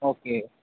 okay